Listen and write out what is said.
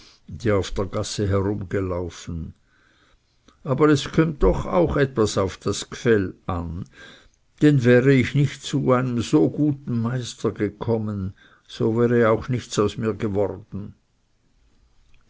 die auf der gasse herumgelaufen aber es kömmt doch auch etwas auf das gfell an denn wäre ich nicht zu so einem guten meister gekommen so wäre auch nichts aus mir geworden